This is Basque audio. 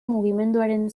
mugimenduaren